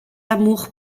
amour